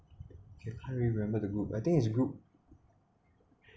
you can't really remember the group I think it's group